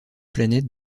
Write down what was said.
planète